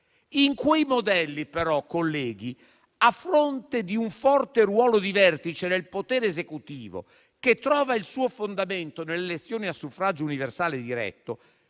In quei modelli però, colleghi, a fronte di un forte ruolo di vertice del potere esecutivo, che trova il suo fondamento nell'elezione a suffragio universale diretto,